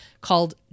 called